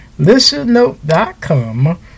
Listennote.com